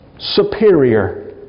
Superior